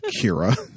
Kira